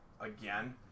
again